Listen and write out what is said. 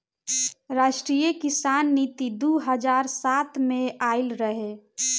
राष्ट्रीय किसान नीति दू हज़ार सात में आइल रहे